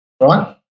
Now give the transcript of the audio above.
right